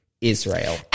Israel